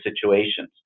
situations